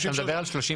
אתה מדבר על 33?